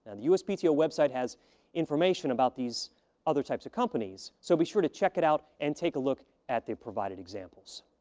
and the uspto website has information about these other types of companies, so be sure to check it out and take a look at the provided examples.